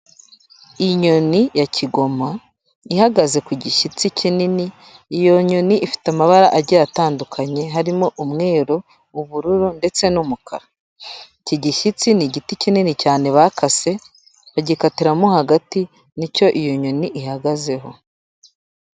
Inyoni ya kigoma ihagaze ku gishyitsi kinini, iyo nyoni ifite amabara agiye atandukanye, harimo: umweru, ubururu ndetse n'umukara. Iki gishyitsi, ni igiti kinini cyane bakase, bagikatiramo hagati, ni cyo iyo nyoni ihagazeho.